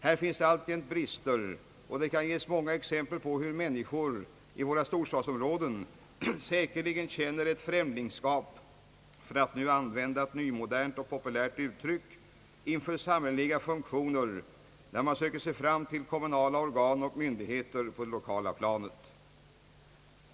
Här råder det alltjämt brister, och det kan ges många exempel på hur människor i våra storstadsområden säkerligen känner ett främlingskap — för att nu använda ett modernt och populärt uttryck — inför samhälleliga funktioner, när man söker sig fram till kommunala organ och myndigheter på det lokala planet.